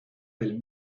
del